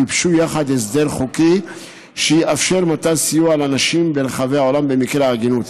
גיבשו יחד הסדר חוקי שיאפשר מתן סיוע לנשים ברחבי העולם במקרי עגינות,